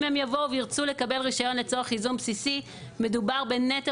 אם הם יבואו וירצו לקבל רישיון לצורך ייזום בסיסי מדובר בנטל